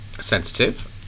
Sensitive